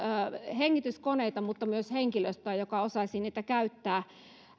hengityskoneita mutta myös henkilöstöä joka osaisi niitä käyttää